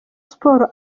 sports